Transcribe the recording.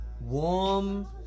warm